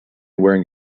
wearing